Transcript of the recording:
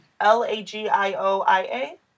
L-A-G-I-O-I-A